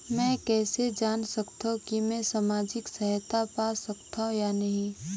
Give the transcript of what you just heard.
मै कइसे जान सकथव कि मैं समाजिक सहायता पा सकथव या नहीं?